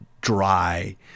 dry